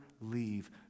leave